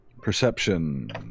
Perception